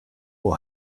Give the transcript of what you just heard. will